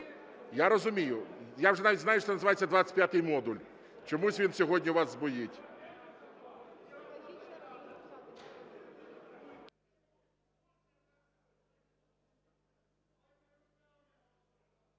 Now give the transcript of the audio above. Я розумію. Я вже навіть знаю, що називається "25 модуль". Чомусь він сьогодні у вас збоїть.